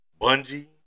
Bungie